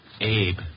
Abe